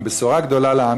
עם בשורה גדולה לעם,